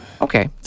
Okay